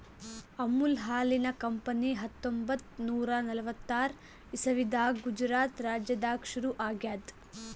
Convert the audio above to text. ಅಮುಲ್ ಹಾಲಿನ್ ಕಂಪನಿ ಹತ್ತೊಂಬತ್ತ್ ನೂರಾ ನಲ್ವತ್ತಾರ್ ಇಸವಿದಾಗ್ ಗುಜರಾತ್ ರಾಜ್ಯದಾಗ್ ಶುರು ಆಗ್ಯಾದ್